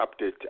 update